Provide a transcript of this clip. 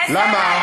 איזו אמת?